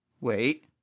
Wait